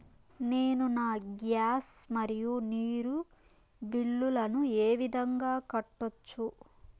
నేను నా గ్యాస్, మరియు నీరు బిల్లులను ఏ విధంగా కట్టొచ్చు?